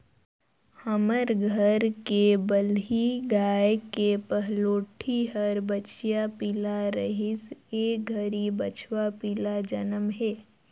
हमर घर के बलही गाय के पहलोठि हर बछिया पिला रहिस ए घरी बछवा पिला जनम हे